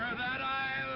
i